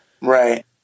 Right